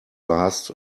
last